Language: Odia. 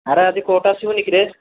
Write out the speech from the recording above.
ଆରେ ଆଜି କୋର୍ଟ ଆସିବୁନି କିରେ